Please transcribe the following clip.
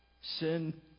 Sin